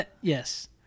Yes